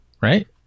Right